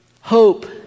Hope